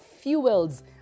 fuels